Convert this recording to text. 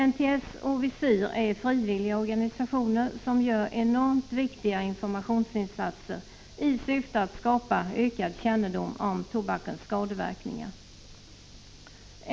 NTS och Visir är frivilliga organisationer, som gör enormt viktiga informationsinsatser i syfte att skapa ökad kännedom om tobakens skadeverkningar.